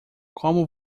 como